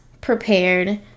prepared